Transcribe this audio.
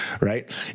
right